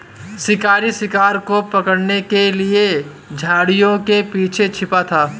शिकारी शिकार को पकड़ने के लिए झाड़ियों के पीछे छिपा था